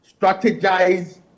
strategize